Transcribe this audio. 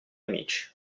amici